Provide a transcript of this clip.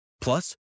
Plus